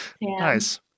Nice